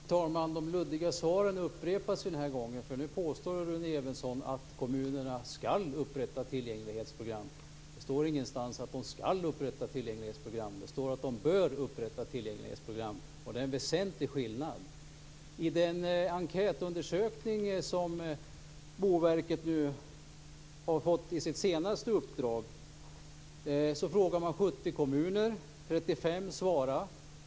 Fru talman! De luddiga svaren upprepas den här gången. Nu påstår Rune Evensson att kommunerna skall upprätta tillgänglighetsprogram. Det står ingenstans att de skall upprätta tillgänglighetsprogram. Det står att de bör upprätta tillgänglighetsprogram. Det är en väsentlig skillnad. I den enkätundersökning som Boverket har fått i sitt senaste uppdrag frågar man 70 kommuner. 35 har svarat.